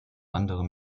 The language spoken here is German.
anderem